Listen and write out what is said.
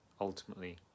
ultimately